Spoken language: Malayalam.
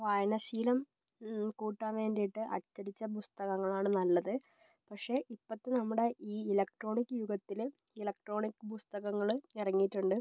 വായന ശീലം കൂട്ടാൻ വേണ്ടിയിട്ട് അച്ചടിച്ച പുസ്തകങ്ങളാണ് നല്ലത് പക്ഷേ ഇപ്പോഴത്തെ നമ്മുടെ ഈ ഇലക്ട്രോണിക്ക് യുഗത്തിൽ ഇലക്ട്രോണിക്ക് പുസ്തകങ്ങളും ഇറങ്ങിയിട്ടുണ്ട്